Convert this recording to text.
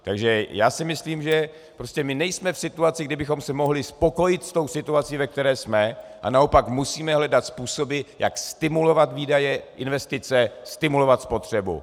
Takže já si myslím, že my prostě nejsme v situaci, kdy bychom se mohli spokojit s tou situací, ve které jsme, ale naopak musíme hledat způsoby, jak stimulovat výdaje, investice, stimulovat spotřebu.